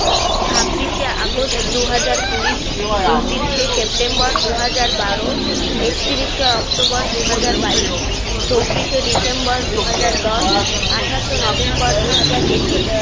ছাব্বিশে আগস্ট দুহাজার কুড়ি উনতিরিশে সেপ্টেম্বর দুহাজার বারো একত্রিশে অক্টোবর দুহাজার বাইশ চব্বিশে ডিসেম্বর দুহাজার দশ আঠাশে নভেম্বর দুহাজার একুশ